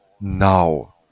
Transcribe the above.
now